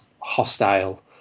hostile